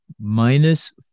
Minus